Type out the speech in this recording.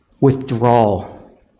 Withdrawal